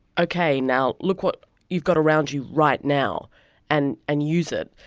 okay now look what you've got around you right now and and use it,